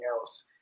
else